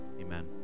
Amen